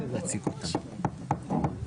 רביזיה.